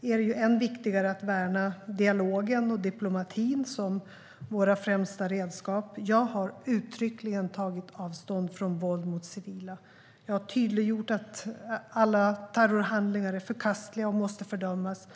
är det än viktigare att värna dialogen och diplomatin som våra främsta redskap. Jag har uttryckligen tagit avstånd från våld mot civila. Jag har tydliggjort att alla terrorhandlingar är förkastliga och måste fördömas.